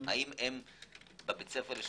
האם הם בבית ספר לשוטרים,